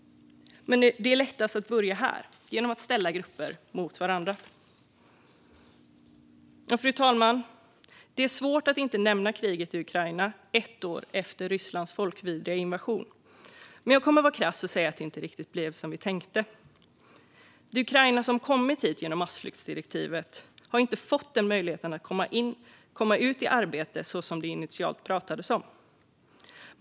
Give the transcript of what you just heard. Och det är lättast att börja här - genom att ställa grupper mot varandra. Fru talman! Det är svårt att inte nämna kriget i Ukraina ett år efter Rysslands folkrättsvidriga invasion. Men jag kommer att vara krass och säga att det inte riktigt blev som vi tänkte. De ukrainare som har kommit hit genom massflyktsdirektivet har inte fått den möjlighet att komma ut i arbete som det initialt pratades om.